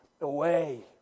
away